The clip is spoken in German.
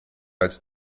als